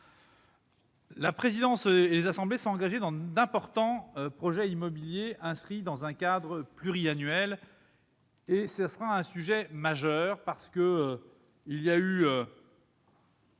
La présidence et les assemblées sont engagées dans d'importants projets immobiliers, inscrits dans un cadre pluriannuel. Il s'agit d'un sujet majeur, parce que cela